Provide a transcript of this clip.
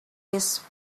his